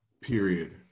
period